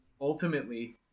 ultimately